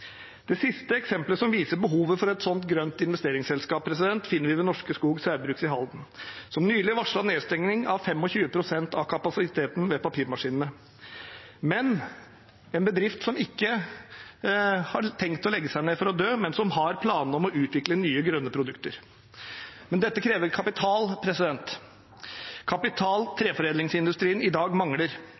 Det siste eksemplet som viser behovet for et sånt grønt investeringsselskap, finner vi i Norske Skog Saugbrugs i Halden, som nylig varslet nedstenging av 25 pst. av kapasiteten ved papirmaskinene. Det er en bedrift som ikke har tenkt å legge seg ned for å dø, men som har planer om å utvikle nye, grønne produkter. Men dette krever kapital, kapital treforedlingsindustrien i dag mangler.